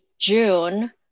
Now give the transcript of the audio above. June